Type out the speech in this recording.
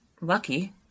lucky